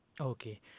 Okay